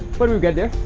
but we will get there.